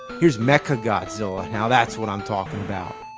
here's mechagodzilla. now that's what i'm talking about!